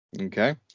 okay